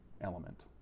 element